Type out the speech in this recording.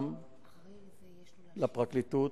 גם לפרקליטות,